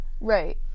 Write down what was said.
Right